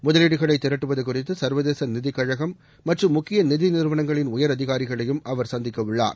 முதலீடுகளை திரட்டுவது குறித்து சர்வதேச நிதி கழகம் மற்றும் முக்கிய நிதி நிறுவனங்களின் உயர் அதிகாரிகளையும் அவர் சந்திக்க உள்ளார்